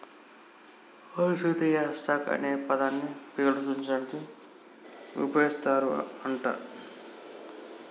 ఓరి సీతయ్య, స్టాక్ అనే పదాన్ని పేర్లను సూచించడానికి ఉపయోగిస్తారు అంట